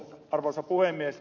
arvoisa puhemies